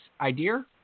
idea